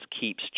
keeps